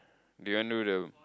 do you want noodle